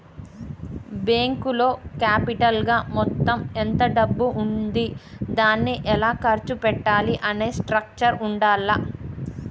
బ్యేంకులో క్యాపిటల్ గా మొత్తం ఎంత డబ్బు ఉంది దాన్ని ఎలా ఖర్చు పెట్టాలి అనే స్ట్రక్చర్ ఉండాల్ల